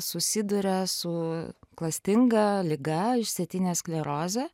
susiduria su klastinga liga išsėtine skleroze